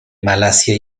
malasia